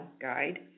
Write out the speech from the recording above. Guide